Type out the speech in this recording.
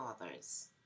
others